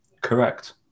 Correct